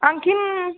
आणखी